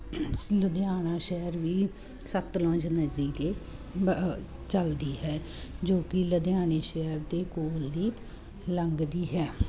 ਲੁਧਿਆਣਾ ਸ਼ਹਿਰ ਵੀ ਸਤਲੁਜ ਨਦੀ ਦੇ ਬ ਚੱਲਦੀ ਹੈ ਜੋ ਕਿ ਲੁਧਿਆਣੇ ਸ਼ਹਿਰ ਦੇ ਕੋਲ ਦੀ ਲੰਘਦੀ ਹੈ